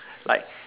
like